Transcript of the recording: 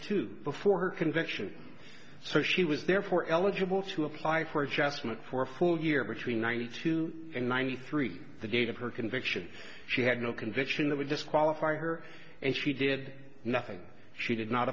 two before conviction so she was therefore eligible to apply for adjustment for a full year between ninety two and ninety three the date of her conviction she had no conviction that would disqualify her and she did nothing she did not